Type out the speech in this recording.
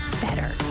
better